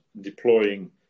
deploying